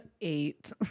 Eight